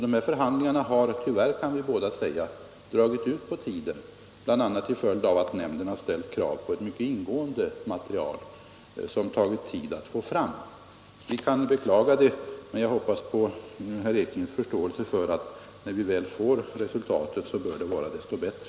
De här förhandlingarna har, tyvärr kan vi båda säga, dragit ut på tiden, bl.a. till följd av att nämnden har ställt krav på ett mycket ingående material, som tagit tid att få fram. Vi kan beklaga det, men jag hoppas på herr Ekinges förståelse för att när vi väl får resultatet så bör det vara desto bättre.